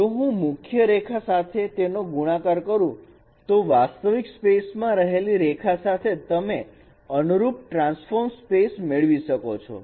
જો હું મુખ્ય રેખા સાથે તેનો ગુણાકાર કરું તો વાસ્તવિક સ્પેસમાં રહેલી રેખા સાથે તમે અનુરૂપ ટ્રાન્સફોર્મ સ્પેસ મેળવી શકો છો